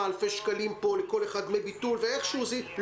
אלפי שקלים לכל אחד עבור דמי ביטול ואיכשהו זה יסתדר,